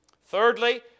Thirdly